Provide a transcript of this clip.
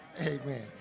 Amen